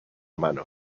mano